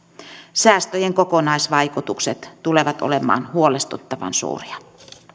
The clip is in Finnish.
säästöjen kokonaisvaikutukset tulevat olemaan huolestuttavan suuria